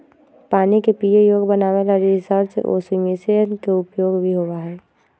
पानी के पीये योग्य बनावे ला रिवर्स ओस्मोसिस के उपयोग भी होबा हई